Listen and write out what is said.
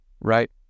right